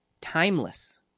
timeless